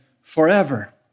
forever